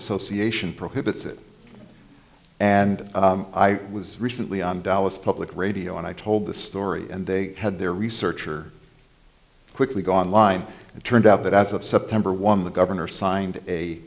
association prohibits it and i was recently on dallas public radio and i told the story and they had their researcher quickly go online and it turned out that as of september one the governor signed a